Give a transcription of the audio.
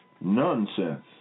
nonsense